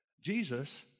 Jesus